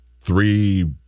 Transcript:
three